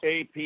AP